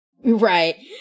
Right